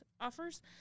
offers